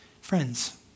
Friends